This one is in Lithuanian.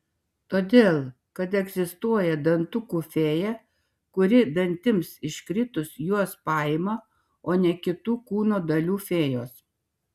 todėl kad egzistuoja dantukų fėja kuri dantims iškritus juos paima o ne kitų kūno dalių fėjos